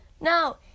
No